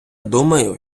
думаю